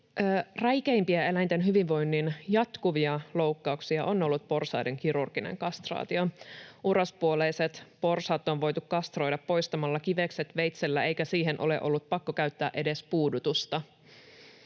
räikeimpiä eläinten hyvinvoinnin jatkuvia loukkauksia on ollut porsaiden kirurginen kastraatio. Urospuoleiset porsaat on voitu kastroida poistamalla kivekset veitsellä, eikä siihen ole ollut pakko käyttää edes puudutusta.